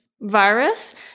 virus